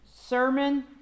sermon